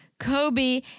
Kobe